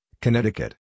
Connecticut